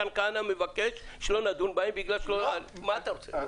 מתן כהנא מבקש שלא נדון בהם בגלל שלא -- -מה אתה רוצה?